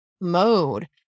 mode